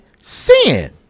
sin